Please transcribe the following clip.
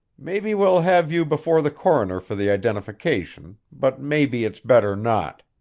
maybe we'll have you before the coroner for the identification, but maybe it's better not.